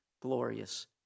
glorious